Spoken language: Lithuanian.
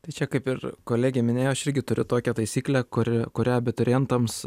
tai čia kaip ir kolegė minėjo aš irgi turiu tokią taisyklę kuri kurią abiturientams